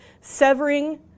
severing